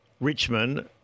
Richmond